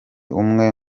umwe